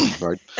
Right